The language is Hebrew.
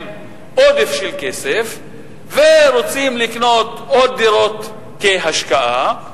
עודף של כסף ורוצים לקנות עוד דירות כהשקעה,